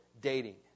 dating